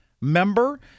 member